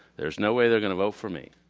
there's no way they're going to vote for me.